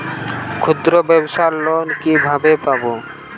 ক্ষুদ্রব্যাবসার লোন কিভাবে পাব?